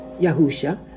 Yahusha